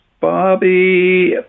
Bobby